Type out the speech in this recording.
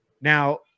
Now